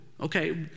Okay